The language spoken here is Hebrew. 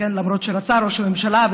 למרות שראש הממשלה רצה,